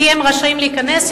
כי הם רשאים להיכנס,